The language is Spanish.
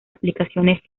aplicaciones